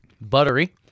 Buttery